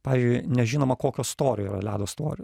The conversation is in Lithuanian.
pavyzdžiui nežinoma kokio storio yra ledo storio